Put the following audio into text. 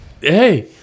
Hey